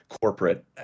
corporate